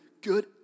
Good